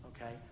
Okay